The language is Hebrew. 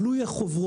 אבל הוא יהיה חוברות.